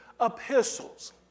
epistles